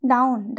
Down